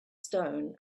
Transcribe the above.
stone